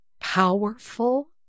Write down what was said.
powerful